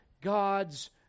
God's